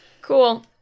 Cool